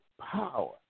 power